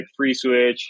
FreeSwitch